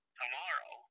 tomorrow